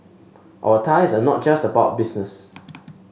our ties are not just about business